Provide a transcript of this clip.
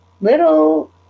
little